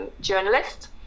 journalist